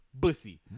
bussy